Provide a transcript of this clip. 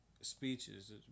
speeches